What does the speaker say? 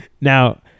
Now